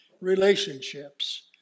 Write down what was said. relationships